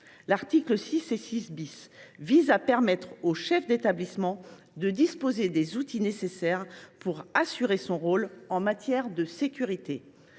articles 6 et 6 permettent au chef d’établissement de disposer des outils nécessaires pour assurer son rôle en matière de sécurité.